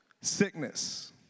sickness